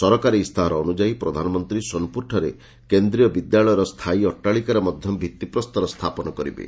ସରକାରୀ ଇସ୍ତାହାର ଅନୁଯାୟୀ ପ୍ରଧାନମନ୍ତ୍ରୀ ସୋନପୁରଠାରେ କେନ୍ଦ୍ରୀୟ ବିଦ୍ୟାଳୟର ସ୍ଥାୟୀ ଅଟ୍ଟାଳିକାର ମଧ୍ୟ ଭିତ୍ତିପ୍ରସ୍ତର ସ୍ଥାପନ କରିବେ